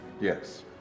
Yes